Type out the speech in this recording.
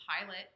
pilot